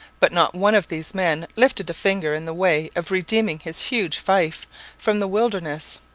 but not one of these men lifted a finger in the way of redeeming his huge fief from the wilderness.